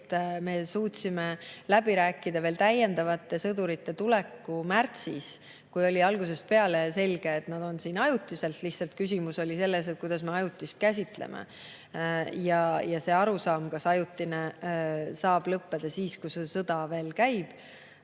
Me suutsime läbi rääkida täiendavate sõdurite siiatuleku märtsis, kuid oli algusest peale selge, et nad on siin ajutiselt. Lihtsalt küsimus oli selles, kuidas me ajutist käsitleme ja kas ajutine saab lõppeda siis, kui sõda veel käib.